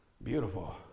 Beautiful